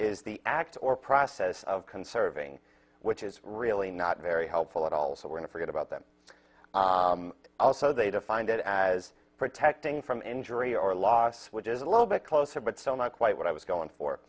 is the act or process of conserving which is really not very helpful at all so we're not forget about them also they defined it as protecting from injury or loss which is a little bit closer but still not quite what i was going for